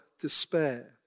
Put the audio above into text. despair